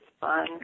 fun